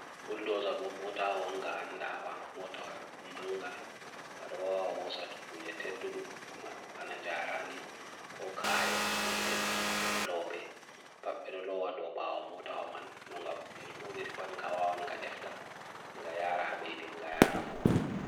Buldoza bo mota hoon ga ndawa, mota hoon manga, nga doa hoosat kujetetdum panan jaarandi, ko kaya, ko leddi, ko lope, pedo loa doba ho mota ho man, nga doodiripan gawa hoon ga efta, nga yara habedi, nga yara fu.